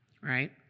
right